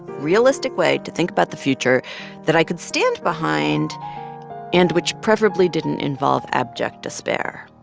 realistic way to think about the future that i could stand behind and which preferably didn't involve abject despair,